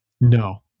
No